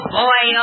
boy